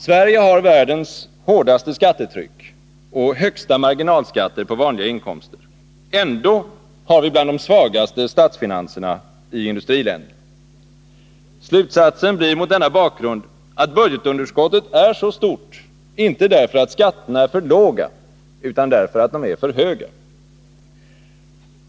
Sverige har världens hårdaste skattetryck och högsta marginalskatter på vanliga inkomster — ändå har vi bland de svagaste statsfinanserna i industriländerna. Slutsatsen blir mot denna bakgrund att budgetunderskottet är så stort, inte därför att skatterna är för låga, utan därför att de är för höga.